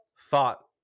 thought